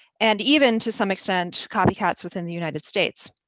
and even, to some extent, copycats within the united states.